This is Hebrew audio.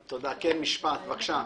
משפט, בבקשה.